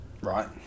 Right